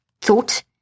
thought